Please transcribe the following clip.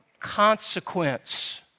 consequence